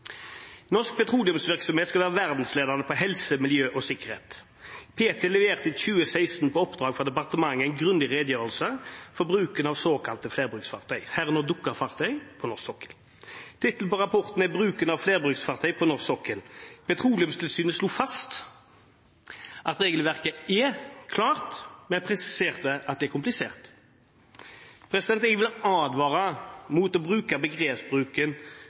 Norsk petroleumsvirksomhet skal være verdensledende på helse, miljø og sikkerhet. Petroleumstilsynet, Ptil, leverte i 2016 på oppdrag fra departementet en grundig redegjørelse for bruken av såkalte flerbruksfartøy, herunder dykkerfartøy, på norsk sokkel. Tittelen på rapporten er «Bruken av «flerbruksfartøy» på norsk sokkel». Petroleumstilsynet slo fast at regelverket er klart, men presiserte at det er komplisert. Jeg vil advare mot begrepsbruken